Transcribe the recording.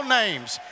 names